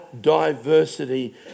diversity